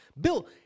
Bill